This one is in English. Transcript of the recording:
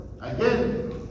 Again